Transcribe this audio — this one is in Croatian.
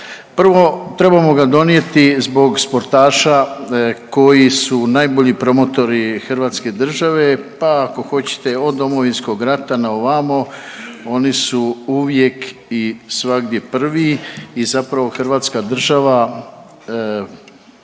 Prvo trebamo ga donijeti zbog sportaša koji su najbolji promotori Hrvatske države, pa ako hoćete od Domovinskog rata na ovamo oni su uvijek i svagdje prvi i zapravo Hrvatska država